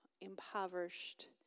impoverished